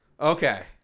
Okay